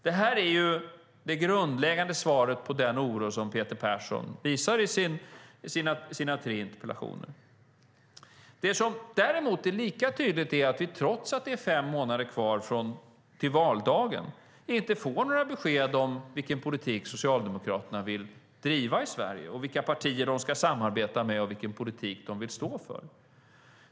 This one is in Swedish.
Det här är det grundläggande svaret på den oro som Peter Persson visar i sina tre interpellationer. Det som är lika tydligt är att vi trots att det är fem månader kvar till valdagen inte får några besked om vilken politik Socialdemokraterna vill driva i Sverige, vilka partier de ska samarbeta med och vilken politik dessa står för.